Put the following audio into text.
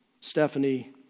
Stephanie